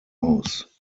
aus